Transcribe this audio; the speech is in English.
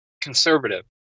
conservative